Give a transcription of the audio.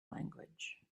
language